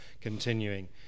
continuing